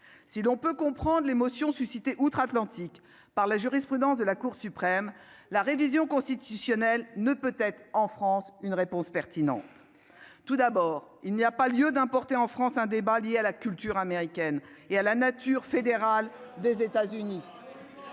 si l'on peut comprendre l'émotion suscitée outre-Atlantique par la jurisprudence de la Cour suprême, la révision constitutionnelle ne peut être en France, une réponse pertinente, tout d'abord, il n'y a pas lieu d'importer en France un débat lié à la culture américaine et à la nature fédérale des États-Unis,